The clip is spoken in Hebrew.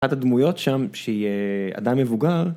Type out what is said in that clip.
אחת הדמויות שם שהיא אדם מבוגר.